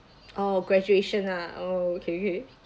oh graduation ah oh okay okay